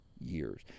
years